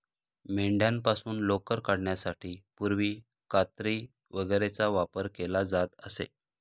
मेंढ्यांपासून लोकर काढण्यासाठी पूर्वी कात्री वगैरेचा वापर केला जात असे